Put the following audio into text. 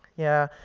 yeah.